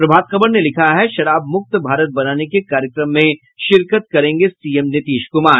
प्रभात खबर ने लिखा है शराबमुक्त भारत बनाने के कार्यक्रम में शिरकत करेंगे सीएम नीतीश कुमार